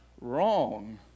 Wrong